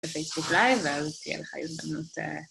אולי, ואז תהיה לך הזדמנות.